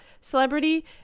celebrity